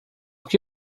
que